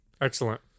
excellent